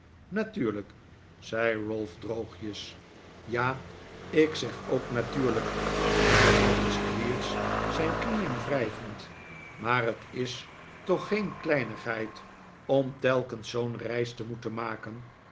natuurlijk zei ralph droogjes ja ik zeg ook natuurlijk hervatte squeers zijn knieen wrijvend maar het is toch geen kleinigheid om telkens zoo'n reis te moeten maken